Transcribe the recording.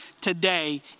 today